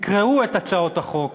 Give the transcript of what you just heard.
תקראו את הצעות החוק.